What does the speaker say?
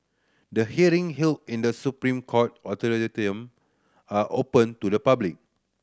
the hearing held in The Supreme Court auditorium are open to the public